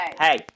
Hey